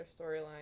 storyline